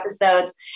episodes